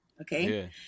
okay